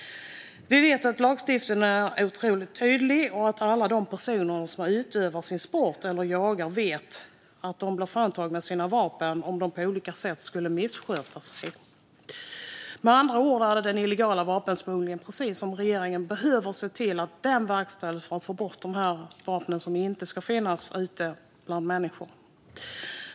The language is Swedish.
Vi vet att lagstiftningen är otroligt tydlig och att alla de personer som utövar sin sport eller jagar vet att de blir fråntagna sina vapen om de på olika sätt missköter sig. Med andra ord är det åtgärder mot den illegala vapensmugglingen som regeringen behöver se till verkställs för att få bort de vapen som inte ska finnas ute bland människor.